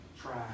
try